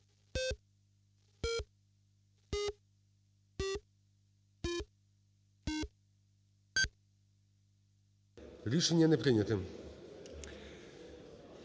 Рішення не прийнято.